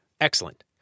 Excellent